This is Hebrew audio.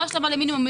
לא השלמה למינימום.